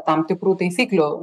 tam tikrų taisyklių